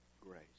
grace